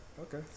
Okay